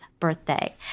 birthday